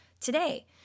today